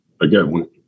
again